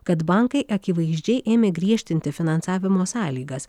kad bankai akivaizdžiai ėmė griežtinti finansavimo sąlygas